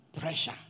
Pressure